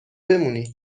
بمونی